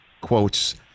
quotes